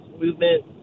movement